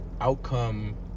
outcome